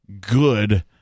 good